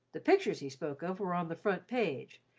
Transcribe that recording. the pictures he spoke of were on the front page,